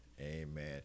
Amen